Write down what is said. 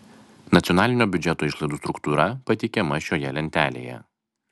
nacionalinio biudžeto išlaidų struktūra pateikiama šioje lentelėje